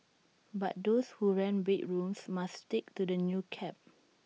but those who rent bedrooms must stick to the new cap